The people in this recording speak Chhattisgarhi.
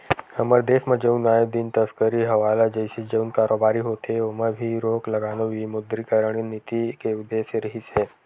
हमर देस म जउन आए दिन तस्करी हवाला जइसे जउन कारोबारी होथे ओमा भी रोक लगाना विमुद्रीकरन नीति के उद्देश्य रिहिस हे